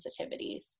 sensitivities